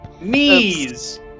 Knees